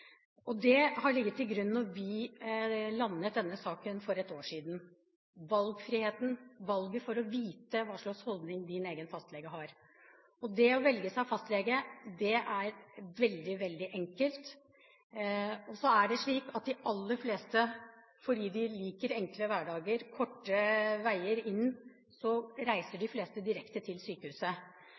og valgfriheten til å kunne vite hva slags holdning din egen fastlege har, lå til grunn da vi landet denne saken for ett år siden. Å velge seg fastlege er veldig enkelt. Og fordi man liker enkle hverdager og korte veier inn, reiser de aller fleste direkte til sykehuset.